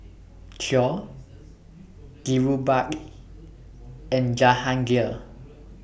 Choor Dhirubhai and Jahangir